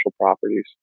properties